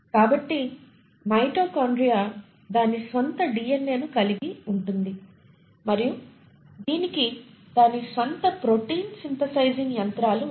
కాబట్టి మైటోకాండ్రియా దాని స్వంత డిఎన్ఎను కలిగి ఉంటుంది మరియు దీనికి దాని స్వంత ప్రోటీన్ సింథసైజింగ్ యంత్రాలు ఉన్నాయి